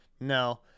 no